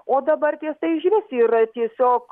o dabarties tai ižvis ir tiesiog